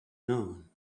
noon